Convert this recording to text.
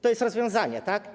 To jest rozwiązanie, tak?